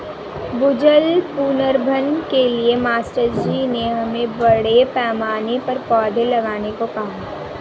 भूजल पुनर्भरण के लिए मास्टर जी ने हमें बड़े पैमाने पर पौधे लगाने को कहा है